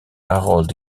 harold